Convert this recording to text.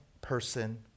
person